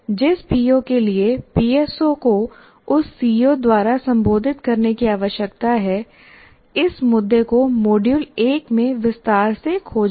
जिस पीओ के पीएसओ को उस सीओ द्वारा संबोधित करने की आवश्यकता है इस मुद्दे को मॉड्यूल 1 में विस्तार से खोजा गया है